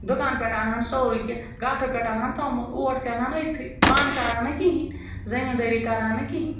دُکان پٮ۪ٹھ اَنہٕ ہَن سورُے کینٛہہ گاٹھٕ پٮ۪ٹھ اَنہٕ ہَن توٚمُل اوٹ تہِ اَنہٕ ہَن أتھی پانہٕ کَرٕہَن نہٕ کِہیٖنۍ زٔمیٖندٲری کَرٕہَن نہٕ کِہیٖنۍ